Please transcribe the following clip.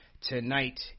tonight